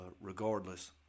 regardless